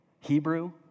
Hebrew